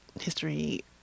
history